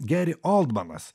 geri oldmanas